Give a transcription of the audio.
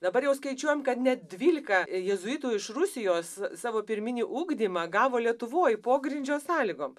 dabar jau skaičiuojam kad net dvylika jėzuitų iš rusijos savo pirminį ugdymą gavo lietuvoj pogrindžio sąlygom